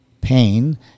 pain